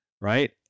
right